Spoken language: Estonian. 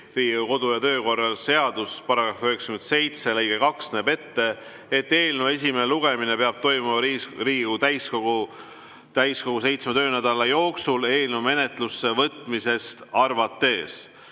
kodu‑ ja töökorra seaduse § 97 lõige 2 näeb ette, et eelnõu esimene lugemine peab toimuma Riigikogu täiskogu seitsme töönädala jooksul eelnõu menetlusse võtmisest arvates.